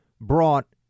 brought